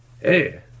Hey